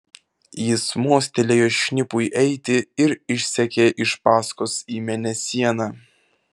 jis mostelėjo šnipui eiti ir išsekė iš paskos į mėnesieną